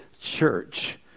church